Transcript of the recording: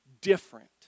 different